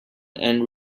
and